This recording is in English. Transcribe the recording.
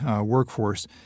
workforce